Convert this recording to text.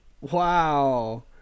wow